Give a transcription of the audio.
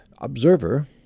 observer